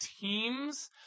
teams